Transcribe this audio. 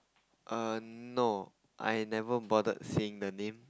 err no I've never bother seeing the name